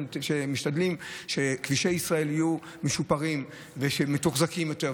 משתדלים שכבישי ישראל יהיו משופרים ומתוחזקים יותר,